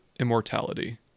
Immortality